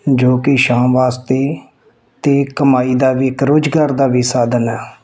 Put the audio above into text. ਜੋ ਕਿ ਛਾਂ ਵਾਸਤੇ ਅਤੇ ਕਮਾਈ ਦਾ ਵੀ ਇੱਕ ਰੋਜ਼ਗਾਰ ਦਾ ਵੀ ਸਾਧਨ ਹੈ